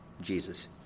Jesus